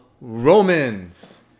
Romans